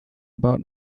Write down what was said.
about